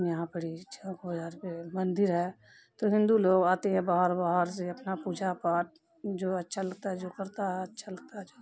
یہاں پر ہی چوک ہو جاتے ہیں مندر ہے تو ہندو لوگ آتے ہیں باہر باہر سے اپنا پوجا پاٹھ جو اچھا لگتا ہے جو کرتا ہے اچھا لگتا ہے جو